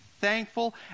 thankful